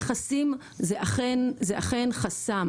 מכסים זה אכן חסם,